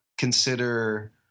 consider